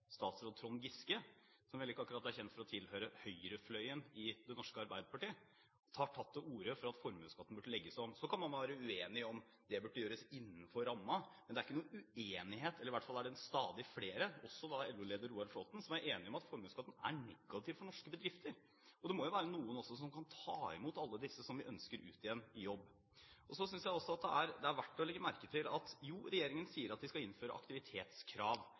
statsråd Trond Giske, som vel ikke akkurat er kjent for å tilhøre høyrefløyen i Det norske Arbeiderparti, har tatt til orde for at formuesskatten burde legges om. Så kan man være uenig om det burde gjøres innenfor rammen. Det er ikke noen uenighet, eller i hvert fall er det stadig flere, også LO-leder Roar Flåthen, som er enige om at formuesskatten er negativ for norske bedrifter. Det må også være noen som kan ta imot alle disse som vi ønsker ut igjen i jobb. Jeg synes også at det er verdt å legge merke til at regjeringen sier at vi skal innføre aktivitetskrav